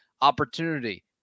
opportunity